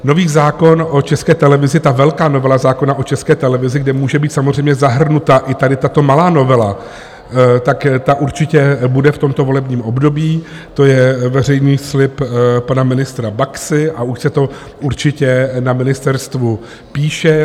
Nový zákon o České televizi, ta velká novela zákona o České televizi, kde může být samozřejmě zahrnuta i tady tato malá novela, tak ta určitě bude v tomto volebním období, to je veřejný slib pana ministra Baxy a už se to určitě na ministerstvu píše.